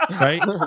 Right